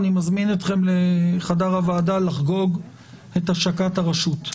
אני מזמין אתכם לחדר הוועדה לחגוג את השקת הרשות.